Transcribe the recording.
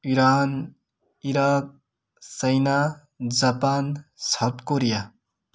Iran Iraq China Japan South Korea